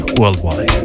worldwide